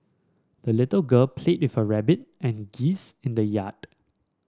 the little girl played with her rabbit and geese in the yard